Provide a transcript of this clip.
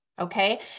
Okay